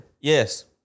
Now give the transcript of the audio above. Yes